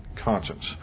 conscience